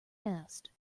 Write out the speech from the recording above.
nest